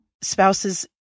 spouse's